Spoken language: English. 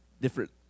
different